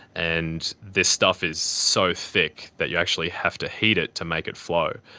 and this stuff is so thick that you actually have to heat it to make it flow.